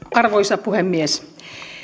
arvoisa puhemies